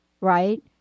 right